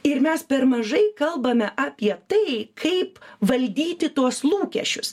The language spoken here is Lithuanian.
ir mes per mažai kalbame apie tai kaip valdyti tuos lūkesčius